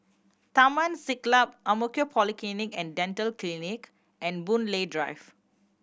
Taman Siglap Ang Mo Kio Polyclinic and Dental Clinic and Boon Lay Drive